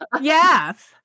Yes